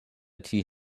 tea